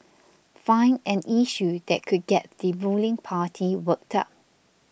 find an issue that could get the ruling party worked up